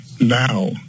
now